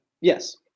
Yes